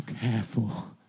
careful